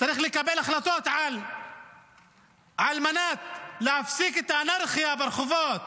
צריך לקבל החלטות על מנת להפסיק את האנרכיה ברחובות.